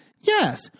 Yes